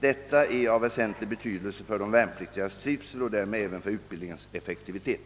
Detta är av väsentlig betydelse för de värnpliktigas trivsel och därmed även för utbildningens effektivitet.